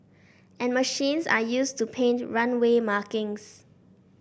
and machines are use to paint runway markings